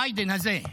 ביידן הזה.